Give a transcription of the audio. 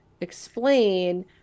explain